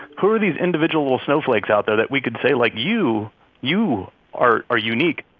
who are these individual snowflakes out there that we can say, like, you you are are unique?